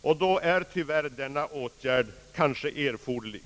och då är tyvärr denna åtgärd erforderlig.